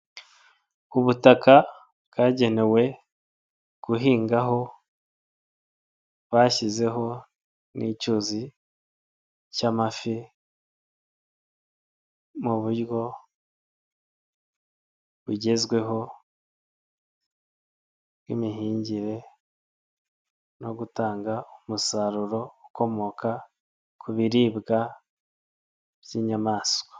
Ku butaka bwagenewe guhingaho bashyizeho n'icyuzi cy'amafi mu buryo bugezweho bw'imihingire no gutanga umusaruro ukomoka ku biribwa by'inyamaswa.